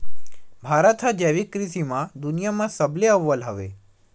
भारत हा जैविक कृषि मा दुनिया मा सबले अव्वल हवे